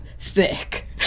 thick